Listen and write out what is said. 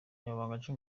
umunyamabanga